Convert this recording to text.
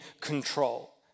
control